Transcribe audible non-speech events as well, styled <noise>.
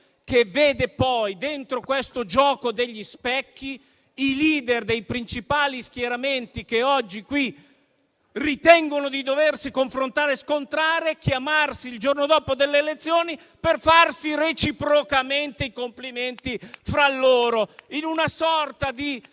che vede poi, dentro questo gioco degli specchi, i *leader* dei principali schieramenti, che oggi qui ritengono di doversi confrontare e scontrare, chiamarsi il giorno dopo delle elezioni per farsi reciprocamente i complimenti fra loro, <applause> in